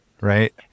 right